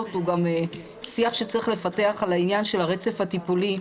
הוא גם שיח שצריך לפתח על העניין של הרצף הטיפולי.